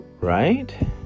Right